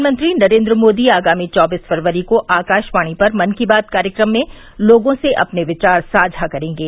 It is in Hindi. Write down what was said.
प्रधानमंत्री नरेन्द्र मोदी आगामी चौबीस फरवरी को आकाशवाणी पर मन की बात कार्यक्रम में लोगों से अपने विचार साझा करेंगे